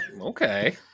okay